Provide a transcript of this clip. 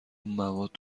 مواد